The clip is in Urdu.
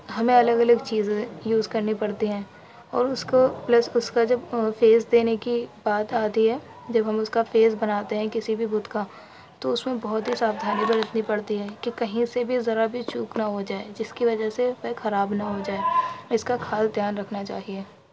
ہمیں الگ الگ چیزیں یوز کرنی پڑتی ہیں اور اس كو پلس اس كا جب فیس دینے کی بات آتی ہے جب ہم اس کا فیس بناتے ہیں کسی بھی بت کا تو اس میں بہت ہی ساودھانی برتنی پڑتی ہے کہ کہیں سے بھی ذرا بھی چوک نہ ہوجائے جس کی وجہ سے وہ خراب نہ ہو جائے اس کا خاص دھیان رکھنا چاہیے